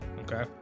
Okay